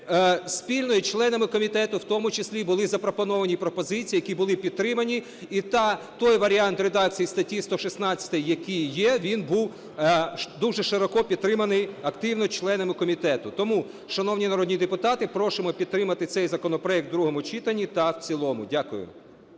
спільно і членами комітету в тому числі були запропоновані пропозиції, які були підтримані, та той варіант редакції статті 116, який є, він був дуже широко підтриманий активно членами комітету. Тому, шановні народні депутати, просимо підтримати цей законопроект в другому читанні та в цілому. Дякую.